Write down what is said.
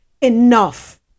enough